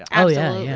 ah oh yeah,